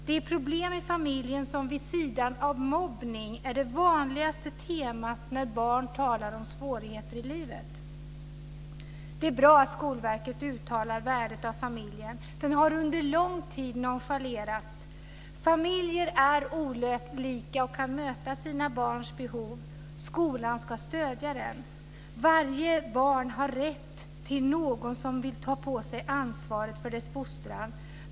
Det är problem i familjen som vid sidan av mobbning är det vanligaste temat när barn talar om svårigheter i livet." Det är bra att Skolverket nu uttalar värdet av familjen. Den har under lång tid nonchalerats. Familjer är olika, och de kan möta barnens behov och skolan ska stödja dem. Varje barn har rätt till någon som tar på sig ansvaret för dess fostran.